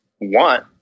want